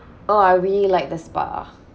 oh I really liked the spa